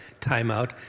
timeout